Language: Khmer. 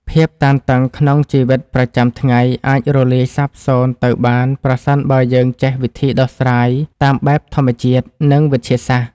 ភាពតានតឹងក្នុងជីវិតប្រចាំថ្ងៃអាចរលាយសាបសូន្យទៅបានប្រសិនបើយើងចេះវិធីដោះស្រាយតាមបែបធម្មជាតិ និង វិទ្យាសាស្ត្រ។